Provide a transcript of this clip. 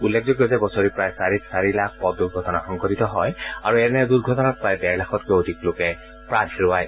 উল্লেখযোগ্য যে বছৰি প্ৰায় চাৰে চাৰি লাখ পথ দুৰ্ঘটনা সংঘটিত হয় আৰু এনে দুৰ্ঘটনাত প্ৰায় ডেৰ লাখতকৈও অধিক লোকে প্ৰাণ হেৰুৱায়